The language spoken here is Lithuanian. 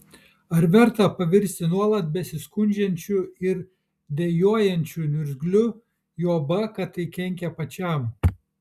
ar verta pavirsti nuolat besiskundžiančiu ir dejuojančiu niurgzliu juoba kad tai kenkia pačiam